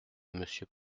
monsieur